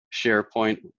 SharePoint